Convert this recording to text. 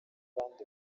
b’abandi